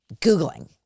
Googling